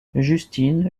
justine